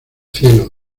cielo